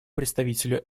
представителю